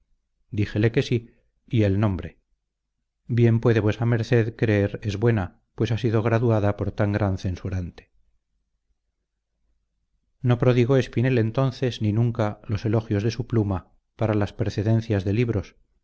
díjele que sí y el nombre bien puede vuesa merced creer es buena pues ha sido graduada por tan gran censurante no prodigó espinel entonces ni nunca los elogios de su pluma para las precedencias de libros